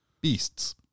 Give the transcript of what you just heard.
beasts